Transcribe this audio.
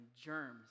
germs